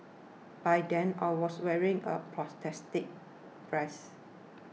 by then I was wearing a prosthetic breast